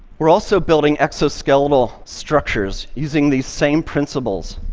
we're also building exoskeletal structures using these same principles,